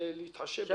התיישנו.